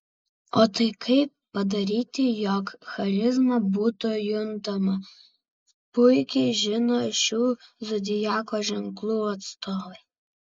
o tai kaip padaryti jog charizma būtų juntama puikiai žino šių zodiako ženklų atstovai